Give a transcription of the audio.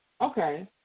Okay